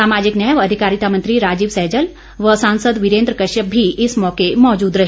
सामाजिक न्याय व अधिकारिता मंत्री राजीव सैजल व सांसद वीरेन्द्र कश्यप भी इस मौके मौजूद रहे